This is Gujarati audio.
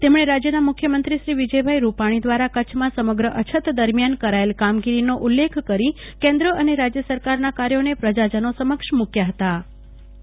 તેમણે રાજયના મુખ્યમંત્રી શ્રી વિજયભાઈ રૂપાણી દ્વારા કચ્છમાં સમગ્ર અછત દરમિયાન કરાચેલ કામગીરીનો ઉલ્લેખ કરી તેમણે કેન્દ્ર અને રાજય સરકારના કાર્યોને પ્રજાજનો સમક્ષ મૂક્યાં હ્તા